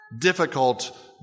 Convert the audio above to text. difficult